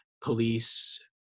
police